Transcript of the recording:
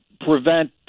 prevent